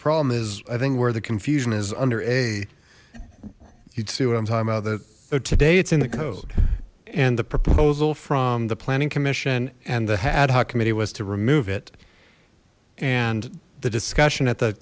problem is i think where the confusion is under a you'd see what i'm talking about that today it's in the code and the proposal from the planning commission and the hat hoc committee was to remove it and the discussion at the